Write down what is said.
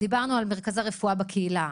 דיברנו על מרכזי רפואה בקהילה,